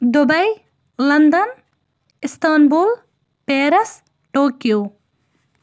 Dubai London Istanbul Paris Tokyo